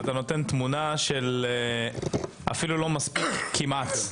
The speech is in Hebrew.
ואתה נותן תמונה של אפילו לא מספיק כמעט.